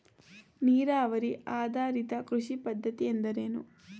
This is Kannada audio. ನೀರಾವರಿ ಆಧಾರಿತ ಕೃಷಿ ಪದ್ಧತಿ ಎಂದರೇನು?